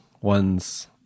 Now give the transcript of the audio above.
one's